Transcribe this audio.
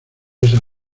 esa